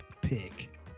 pick